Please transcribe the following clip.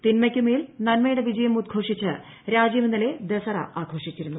തിന്മയ്ക്ക് മേൽ നന്മയുടെ വിജയം ഉദ്ഘോഷിച്ച് രാജ്യം ഇന്നലെ ദസറ ആഘോഷിച്ചിരുന്നു